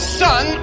son